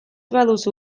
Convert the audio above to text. baduzu